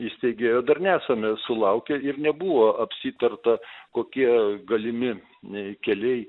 įsigijo dar nesame sulaukę ir nebuvo apsitarta kokie galimi nei keliai